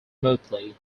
smoothly